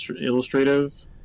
illustrative